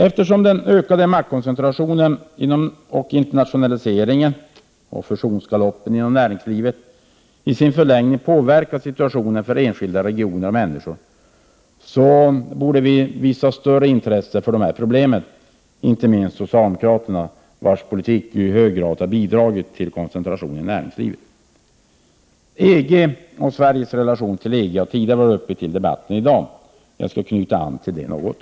Eftersom den ökade maktkoncentrationen, internationaliseringen och fusionsgaloppen inom näringslivet i sin förlängning påverkar situationen för enskilda regioner och människor borde vi visa större intresse för dessa problem, inte minst socialdemokraterna, vilkas politik ju i hög grad har bidragit till koncentrationen i näringslivet. EG och Sveriges relation till EG har varit uppe i debatten tidigare i dag, och jag skall något knyta an till denna debatt.